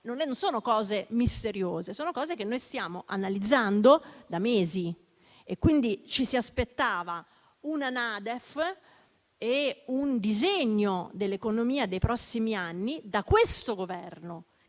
non sono cose misteriose: sono questioni che stiamo analizzando da mesi e, quindi, ci si aspettava una certa NADEF e un disegno dell'economia dei prossimi anni da questo Governo,